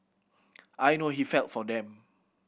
I know he felt for them